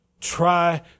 try